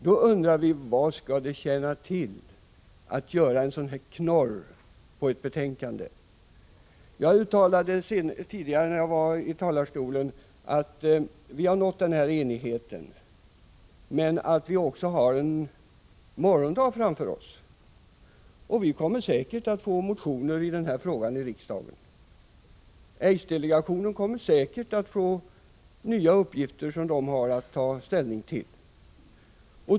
Vi undrar vad det skall tjäna för syfte att göra en sådan här knorr i ett betänkande. Jag uttalade tidigare i talarstolen att vi har nått enighet men att vi också har en morgondag framför oss. Säkert kommer det att väckas motioner i denna fråga i riksdagen. Aidsdelegationen kommer säkert att få nya uppgifter som den har att ta ställning till.